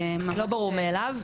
לא ברור מאליו.